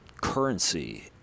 currency